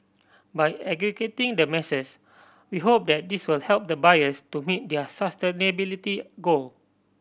by aggregating the masses we hope that this will help the buyers to meet their sustainability goal